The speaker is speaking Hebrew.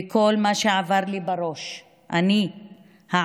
וכל מה שעבר לי בראש הוא שאני הערבי,